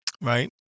Right